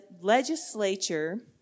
legislature